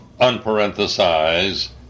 unparenthesize